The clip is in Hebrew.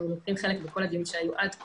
אנחנו נטלו חלק בכל הדיונים שהיו עד כה.